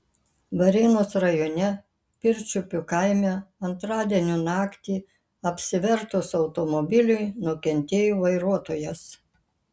varėnos rajone pirčiupių kaime antradienio naktį apsivertus automobiliui nukentėjo vairuotojas